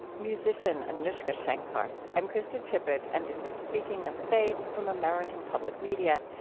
musician anoushka shankar. i'm krista tippett, and this is speaking of faith from american public media.